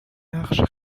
نقش